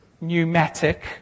pneumatic